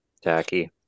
tacky